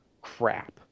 Crap